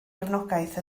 gefnogaeth